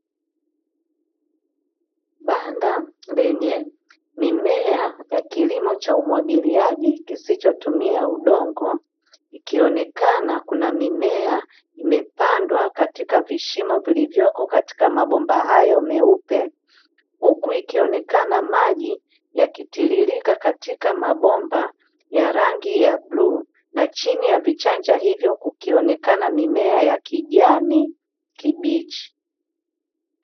Banda lenye mimea ya kilimo cha umwagiliaji kisichotumia udongo, ikionekana kuna mimea imepandwa katika vishimo vilivyoko katika mabomba hayo meupe, huku ikionekana maji yakitiririka katika mabomba ya rangi ya bluu, na chini ya vichanja hivyo kukionekana mimea ya kijani kibichi.